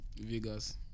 Vegas